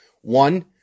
One